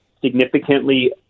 significantly